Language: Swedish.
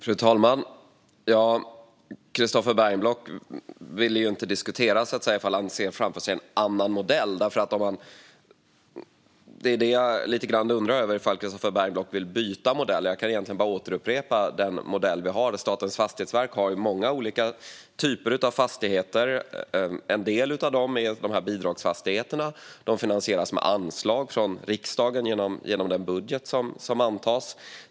Fru talman! Christofer Bergenblock vill inte diskutera om han ser framför sig en annan modell. Jag undrar om Christofer Bergenblock vill byta modell. Jag kan bara upprepa den modell som redan finns. Statens fastighetsverk har många olika typer av fastigheter. En del av dem är bidragsfastigheterna, och de finansieras med anslag från riksdagen genom den budget som antas.